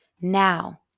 now